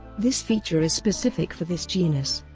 this feature is specific for this genus,